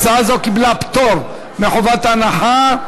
הצעה זו קיבלה פטור מחובת הנחה.